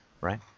right